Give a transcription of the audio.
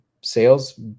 sales